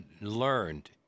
learned